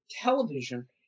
television